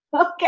Okay